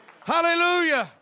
hallelujah